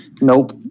Nope